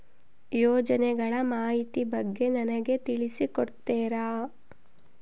ಯೋಜನೆಗಳ ಮಾಹಿತಿ ಬಗ್ಗೆ ನನಗೆ ತಿಳಿಸಿ ಕೊಡ್ತೇರಾ?